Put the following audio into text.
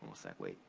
segue.